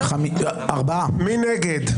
מי נגד?